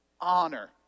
honor